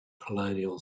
colonial